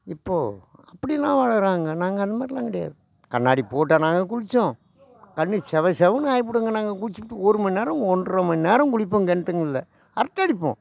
இப்போது அப்படிலாம் வாழறாங்க நாங்கள் அந்த மாதிரிலாம் கிடையாது கண்ணாடி போட்டா நாங்கள் குளிச்சோம் கண்ணு செவ செவனு ஆயிடுங்க நாங்கள் குளிச்சிப்புட்டு ஒரு மணிநேரம் ஒன்றரை மணிநேரம் குளிப்போம் கிணத்துக்குள்ள அரட்டை அடிப்போம்